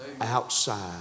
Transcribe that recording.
outside